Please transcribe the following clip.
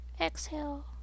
exhale